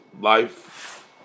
life